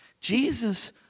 Jesus